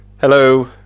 Hello